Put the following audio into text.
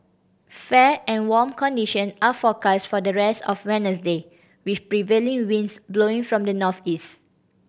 fair and warm condition are forecast for the rest of Wednesday with prevailing winds blowing from the Northeast